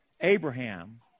abraham